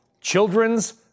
children's